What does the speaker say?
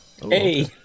Hey